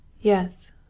Yes